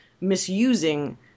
misusing